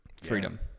freedom